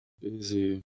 Busy